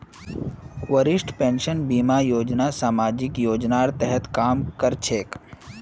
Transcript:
वरिष्ठ पेंशन बीमा योजना सामाजिक योजनार तहत काम कर छेक